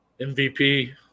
MVP